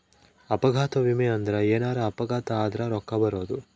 ಅಪಘಾತ ವಿಮೆ ಅಂದ್ರ ಎನಾರ ಅಪಘಾತ ಆದರ ರೂಕ್ಕ ಬರೋದು